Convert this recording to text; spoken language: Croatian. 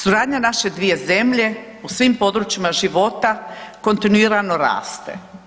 Suradnja naše dvije zemlje u svim područjima života kontinuirano raste.